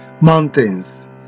mountains